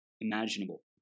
imaginable